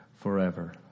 forever